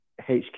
HQ